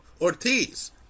Ortiz